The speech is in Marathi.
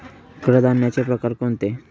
कडधान्याचे प्रकार कोणते?